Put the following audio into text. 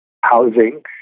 housing